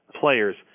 players